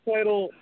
Title